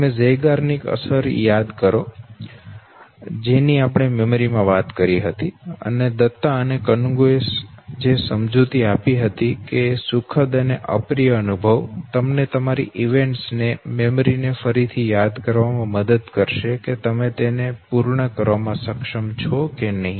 તમે ઝેઇગાર્નિક અસર યાદ કરો જેની આપણે મેમરી માં વાત કરી હતી અને દત્તા અને કનુન્ગો એ જે સમજૂતી આપી હતી કે સુખદ અને અપ્રિય અનુભવ તમને તમારી ઇવેન્ટ્સ ને મેમરી ને ફરી થી યાદ કરવામાં મદદ કરશે કે તમે તેને પૂર્ણ કરવામાં સક્ષમ છો કે નહિ